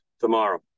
tomorrow